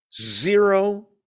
zero